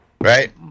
Right